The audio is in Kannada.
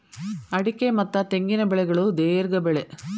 ಅಡಿಕೆ ಮತ್ತ ತೆಂಗಿನ ಬೆಳೆಗಳು ದೇರ್ಘ ಬೆಳೆ